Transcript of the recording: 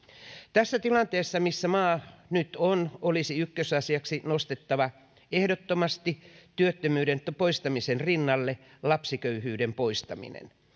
tässä tilanteessa missä maa nyt on olisi ykkösasiaksi nostettava ehdottomasti työttömyyden poistamisen rinnalle lapsiköyhyyden poistaminen